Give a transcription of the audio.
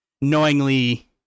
knowingly